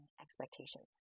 expectations